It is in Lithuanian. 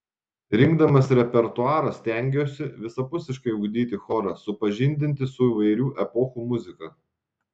rinkdamas repertuarą stengiuosi visapusiškai ugdyti chorą supažindinti su įvairių epochų muzika